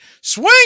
swing